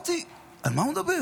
ואמרתי, על מה הוא מדבר?